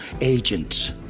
agents